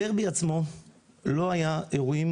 בדרבי עצמו לא היה אירועים